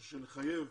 לא לחייב